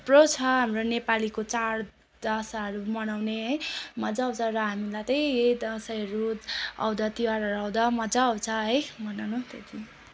थुप्रो छ हाम्रो नेपालीको चाड दसैँहरू मनाउने है मजा आउँछ र हामीलाई त्यही यही दसैँहरू आउँदा तिहारहरू आउँदा मजा आउँछ है मनाउनु त्यो त्यही